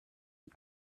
die